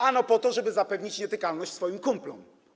Ano po to, żeby zapewnić nietykalność swoim kumplom.